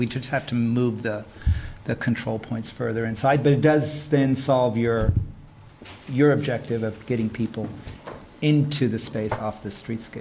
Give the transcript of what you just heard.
we have to move the control points further inside but it does then solve your your objective that getting people into the space off the streets